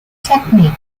technique